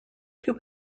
two